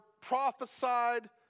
prophesied